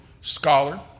scholar